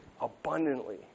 abundantly